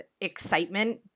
excitement